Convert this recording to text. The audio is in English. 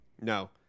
No